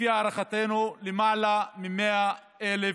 לפי הערכתנו, למעלה מ-100,000